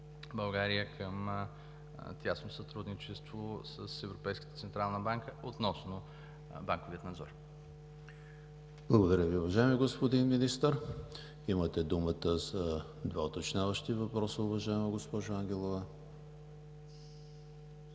България към тясно сътрудничество с Европейската централна банка относно банковия надзор. ПРЕДСЕДАТЕЛ ЕМИЛ ХРИСТОВ: Благодаря Ви, уважаеми господин Министър. Имате думата за два уточняващи въпроса, уважаема госпожо Ангелова.